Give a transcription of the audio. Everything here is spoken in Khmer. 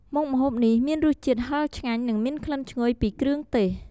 មុខម្ហូបនេះមានរសជាតិហិរឆ្ងាញ់ និងមានក្លិនឈ្ងុយពីគ្រឿងទេស។